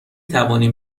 توانیم